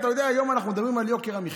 היום אנחנו מדברים על יוקר המחיה.